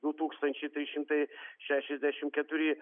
du tūkstančiai trys šimtai šešiasdešim keturi